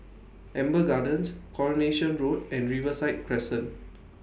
Amber Gardens Coronation Road and Riverside Crescent